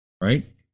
Right